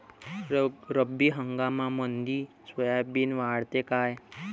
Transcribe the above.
रब्बी हंगामामंदी सोयाबीन वाढते काय?